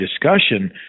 discussion